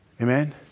Amen